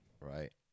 right